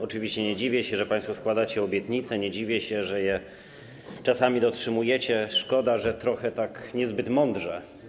Oczywiście nie dziwię się, że państwo składacie obietnice, nie dziwię się, że je czasami dotrzymujecie, szkoda, że trochę niezbyt mądrze.